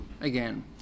again